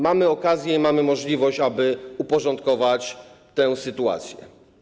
Mamy okazję i mamy możliwość, aby uporządkować tę sytuację.